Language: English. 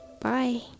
bye